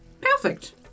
Perfect